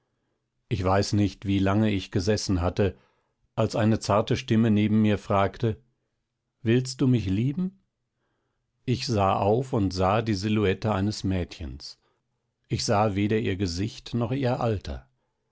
ich weiß nicht wie lange ich gesessen hatte als eine zarte stimme neben mir fragte willst du mich lieben ich sah auf und sah die silhouette eines mädchens ich sah weder ihr gesicht noch ihr alter